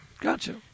Gotcha